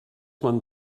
man